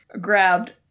grabbed